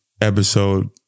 episode